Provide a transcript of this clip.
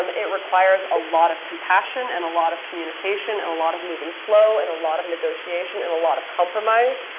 um it requires a lot of compassion, and a lot of communication, and a lot of moving slow, and a lot of negotiation, and a lot of compromise.